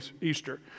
Easter